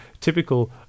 typical